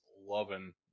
loving